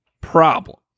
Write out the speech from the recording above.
problem